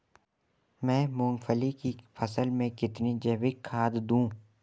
मैं मूंगफली की फसल में कितनी जैविक खाद दूं?